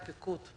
פיקוד.